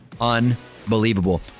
unbelievable